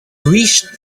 wished